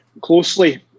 closely